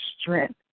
strength